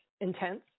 intense